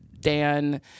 Dan